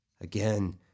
Again